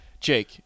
Jake